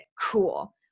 Cool